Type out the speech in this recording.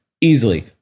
Easily